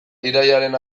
irailaren